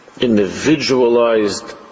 Individualized